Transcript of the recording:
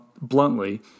bluntly